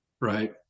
right